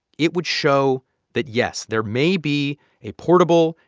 it would show that, yes, there may be a portable,